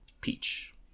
Peach